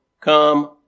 come